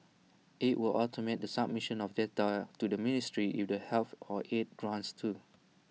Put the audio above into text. IT will automate the submission of data to the ministry if the health for aid grants too